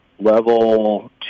level